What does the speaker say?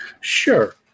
Sure